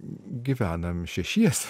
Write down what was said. gyvenam šešiese